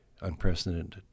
unprecedented